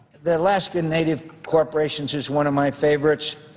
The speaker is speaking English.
the alaskan native corporations is one of my favorites.